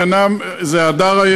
זה חודש אדר,